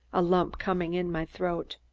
a lump coming in my throat.